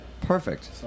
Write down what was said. perfect